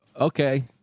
okay